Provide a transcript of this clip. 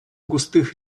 густых